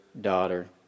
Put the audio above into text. daughter